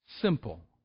Simple